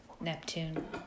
Neptune